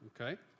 Okay